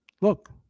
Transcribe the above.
Look